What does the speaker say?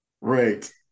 right